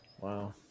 Wow